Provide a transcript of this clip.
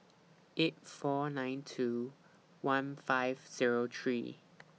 eight four nine two one five Zero three